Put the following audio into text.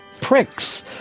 pricks